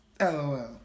LOL